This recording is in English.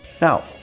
Now